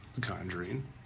Conjuring